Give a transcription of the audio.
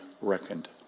reckoned